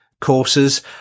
courses